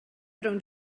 rownd